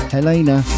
Helena